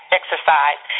exercise